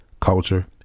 culture